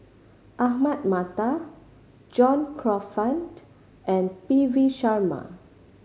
Ahmad Mattar John Crawfurd and P V Sharma